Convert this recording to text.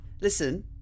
Listen